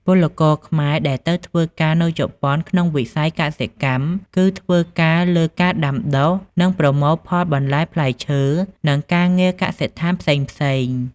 ពលករខ្មែរដែលទៅធ្វើការនៅជប៉ុនក្នុងវិស័យកសិកម្ម គឺធ្វើការលើការដាំដុះ និងប្រមូលផលបន្លែ ផ្លែឈើ និងការងារកសិដ្ឋានផ្សេងៗ ។